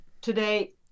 today